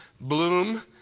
bloom